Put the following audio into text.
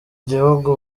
gihugu